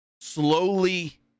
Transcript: slowly